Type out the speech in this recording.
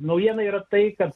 naujiena yra tai kad